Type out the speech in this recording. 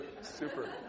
Super